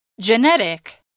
Genetic